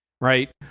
Right